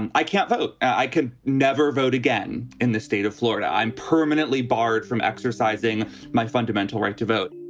and i can't vote. i can never vote again in the state of florida. i'm permanently barred from exercising my fundamental right to vote